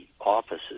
offices